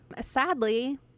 Sadly